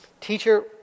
Teacher